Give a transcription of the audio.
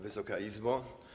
Wysoka Izbo!